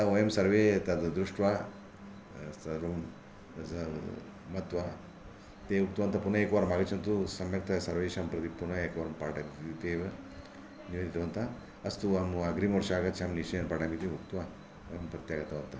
अतः वयं सर्वे तत् दृत्वा सर्वं मत्वा ते उक्तवन्तः पुनः एकवारम् आगच्छन्तु सम्यक्तया सर्वेषां कृते पुनः एकवारं पाठयन्तु इति निवेदितवन्तः अस्तु अहम् अग्रिमवर्षे आगच्छामि निश्चयेन पाठयामि इति उक्त्वा वयं प्रत्यागतवन्तः